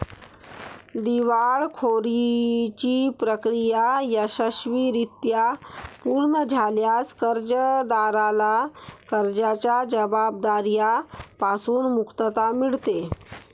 दिवाळखोरीची प्रक्रिया यशस्वीरित्या पूर्ण झाल्यास कर्जदाराला कर्जाच्या जबाबदार्या पासून मुक्तता मिळते